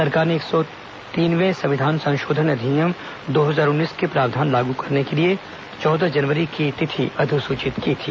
सरकार ने एक सौ तीनवें संविधान संशोधन अधिनियम दो हजार उन्नीस के प्रावधान लागू करने के लिए चौदह जनवरी की तिथि अधिसूचित की थी